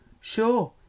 Sure